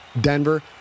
Denver